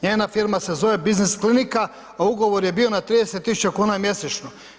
Njena firma se zove Business klinika, a ugovor je bio na 30 tisuća kuna mjesečno.